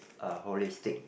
uh holistic